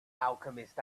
alchemist